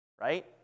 Right